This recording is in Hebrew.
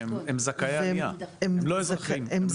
זכאי עלייה לא אזרחים.